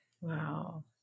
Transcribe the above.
Wow